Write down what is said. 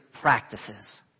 practices